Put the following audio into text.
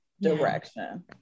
direction